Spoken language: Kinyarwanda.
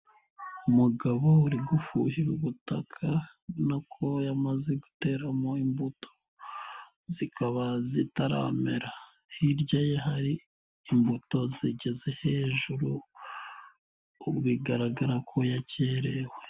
\Umugabo uri gufuhira ubutaka, ubona ko yamaze guteramo imbuto, zikaba zitaramera, hirya ye hari imbuto zigeze hejuru, bigaragara ko yakererewe.